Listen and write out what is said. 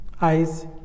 eyes